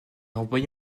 renvoyé